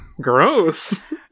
gross